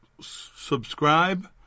subscribe